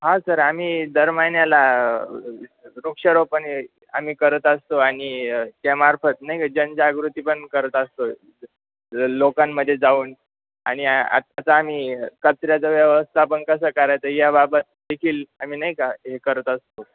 हा सर आम्ही दर महिन्याला वृक्षारोपण हे आम्ही करत असतो आणि त्यामार्फत नाही का जनजागृती पण करत असतो लोकांमध्ये जाऊन आणि आत्ताचा आम्ही कचऱ्याचं व्यवस्थापन कसं करायचं आहे याबाबत देखील आम्ही नाही का हे करत असतो